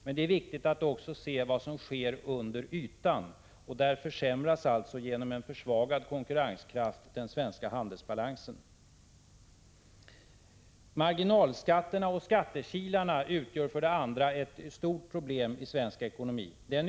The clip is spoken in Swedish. Men det är viktigt att också se vad som sker under ytan: genom en försvagad konkurrenskraft försämras den svenska handelsbalansen. Marginalskatterna och skattekilarna utgör för det andra ett stort problem i svensk ekonomi.